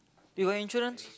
you got insurance